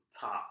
Top